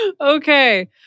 Okay